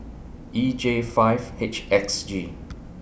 E J five H X G